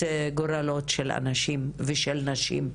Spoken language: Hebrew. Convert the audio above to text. הגורלות של האנשים, ושל נשים,